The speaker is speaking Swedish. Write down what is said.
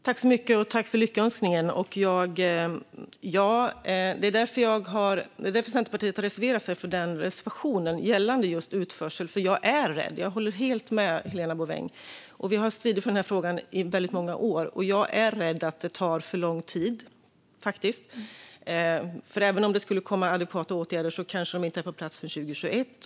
Fru talman! Tack, Helena Bouveng, för lyckönskningen! Centerpartiet har en reservation gällande just utförsel. Och jag håller helt med Helena Bouveng. Vi har stridit för den här frågan i väldigt många år, och jag är rädd att det kommer att ta för lång tid. Även om det skulle komma adekvata åtgärder kanske de inte är på plats förrän 2021.